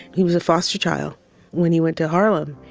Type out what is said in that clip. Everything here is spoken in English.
he was a foster child when he went to harlem.